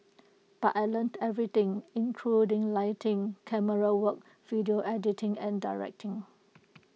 but I learnt everything including lighting camerawork video editing and directing